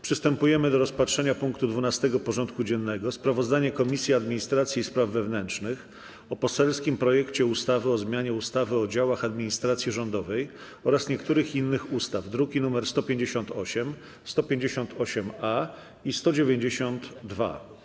Przystępujemy do rozpatrzenia punktu 12. porządku dziennego: Sprawozdanie Komisji Administracji i Spraw Wewnętrznych o poselskim projekcie ustawy o zmianie ustawy o działach administracji rządowej oraz niektórych innych ustaw (druki nr 158, 158-A i 192)